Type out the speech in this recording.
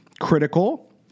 critical